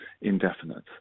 indefinite